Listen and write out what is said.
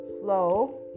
flow